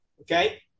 Okay